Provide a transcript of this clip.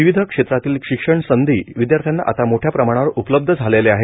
विविध क्षेत्रातील शिक्षण संधी विद्यार्थ्यांना आता मोठया प्रमाणावर उपलब्ध झालेल्या आहेत